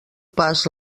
pas